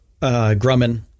Grumman